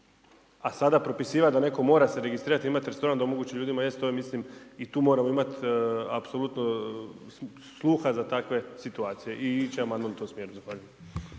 A sada propisivati da netko mora se registrirati da ima restoran da omogući ljudima jesti, to ja mislim, i tu moramo imati apsolutno sluha za takve situacije i ići će amandman u tom smjeru.